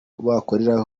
bakorera